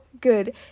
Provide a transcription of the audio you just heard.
good